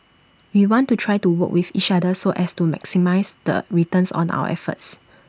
we want to try to work with each other so as to maximise the returns on our efforts